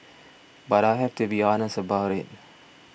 but I have to be honest about it